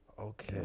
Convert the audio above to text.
Okay